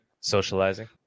Socializing